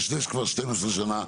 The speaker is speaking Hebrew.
אני מבטיח כל אלה שהיו פה יוכלו לדבר,